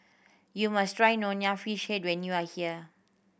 you must try Nonya Fish Head when you are here